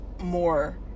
more